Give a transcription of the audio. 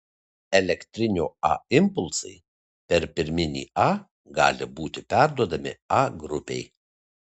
elektrinio a impulsai per pirminį a gali būti perduodami a grupei